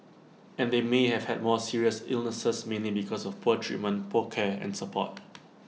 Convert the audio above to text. and they may have had more serious illnesses mainly because of poor treatment poor care and support